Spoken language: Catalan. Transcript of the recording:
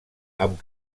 amb